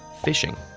fishing,